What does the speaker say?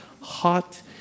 hot